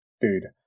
dude